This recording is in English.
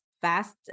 fast